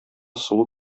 сылу